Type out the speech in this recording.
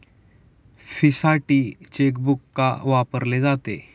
फीसाठी चेकबुक का वापरले जाते?